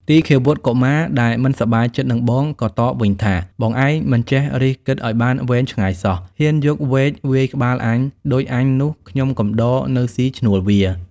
ទីឃាវុត្ត កុមារ ដែលមិនសប្បាយចិត្តនឹងបង ក៏តបវិញថា បងឯងមិនចេះរិះគិតឱ្យបានវែងឆ្ងាយសោះ ហ៊ានយកវែកវាយក្បាលអញ ដូចជាអញនោះខ្ញុំកំដរ នៅស៊ីឈ្នួលវា"។